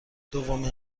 دومین